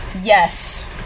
Yes